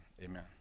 amen